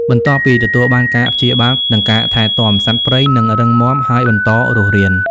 បន្ទាប់ពីទទួលបានការព្យាបាល និងការថែទាំ សត្វព្រៃនឹងរឹងមាំ ហើយបន្តរស់រាន ។